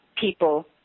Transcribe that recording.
people